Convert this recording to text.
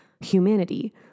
humanity